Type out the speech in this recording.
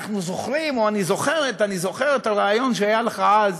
אני זוכר או אני זוכרת את הריאיון שהיה לך אז